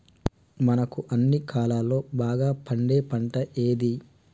మనకు అన్ని కాలాల్లో బాగా పండే పంట ఏది?